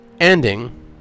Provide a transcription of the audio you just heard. ending